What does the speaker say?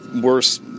worse